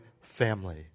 family